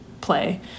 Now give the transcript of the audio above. play